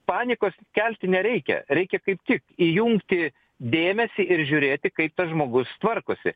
panikos kelti nereikia reikia kaip tik įjungti dėmesį ir žiūrėti kaip tas žmogus tvarkosi